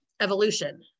evolution